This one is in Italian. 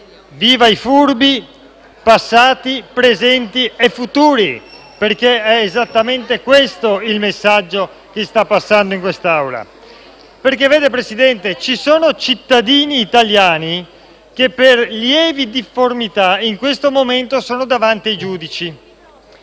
viva i furbi, passati, presenti e futuri. Perché è esattamente questo il messaggio che sta passando in quest’Aula. Vede, signor Presidente, ci sono cittadini italiani che per lievi difformità in questo momento sono davanti ai giudici.